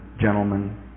gentlemen